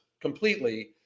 completely